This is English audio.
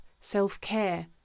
self-care